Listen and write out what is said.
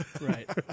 Right